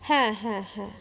হ্যাঁ হ্যাঁ হ্যাঁ